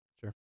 Sure